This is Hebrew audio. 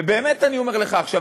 ובאמת, אני אומר לך עכשיו.